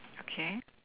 okay